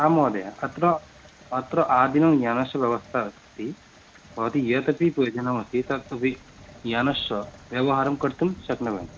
आं महोदये अत्र अत्र आदिनं यानस्य व्यवस्था अस्ति भवती यत् अपि प्रयोजनम् अस्ति तत् अपि यानस्य व्यवहारं कर्तुं शक्नुवन्ति